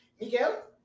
Miguel